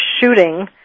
shooting